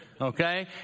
Okay